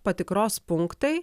patikros punktai